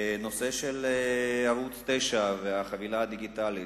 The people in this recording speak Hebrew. הנושא של ערוץ-9 והחבילה הדיגיטלית,